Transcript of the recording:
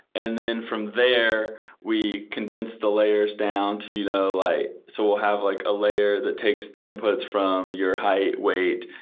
and then from there we condense the layers down to you know like so we'll have like a layer that takes the inputs from your height, weight,